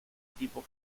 tipo